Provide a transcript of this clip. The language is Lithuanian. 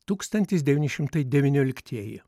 tūkstantis devyni šimtai devynioliktieji